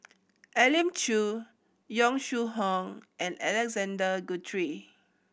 Elim Chew Yong Shu Hoong and Alexander Guthrie